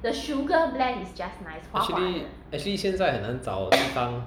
actually actually 现在很难找地方